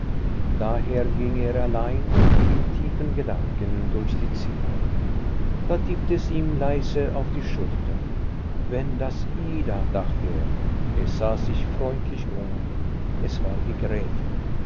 daher ging er allein und in tiefen gedanken durch die zimmer da tippte es ihm leise auf die schultern wenn das ida dachte er er sah sich freundlich um es war die gräfin